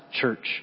church